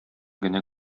генә